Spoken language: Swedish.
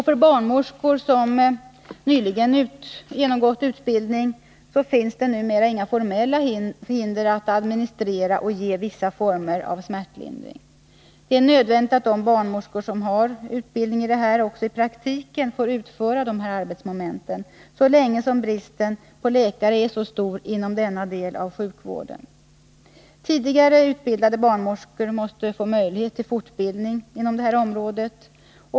För barnmorskor som nyligen genomgått utbildning finns det numera inga formella hinder att administrera och ge vissa former av smärtlindring. Det är nödvändigt att de barnmorskor som har utbildning i detta också i praktiken får utföra dessa arbetsmoment så länge bristen på läkare är så stor inom denna del av sjukvården som den är. Tidigare utbildade barnmorskor måste få möjligheter till fortbildning inom detta område.